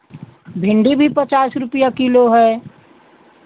भिंडी भी पचास रुपैया किलो है